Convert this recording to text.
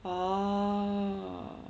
oh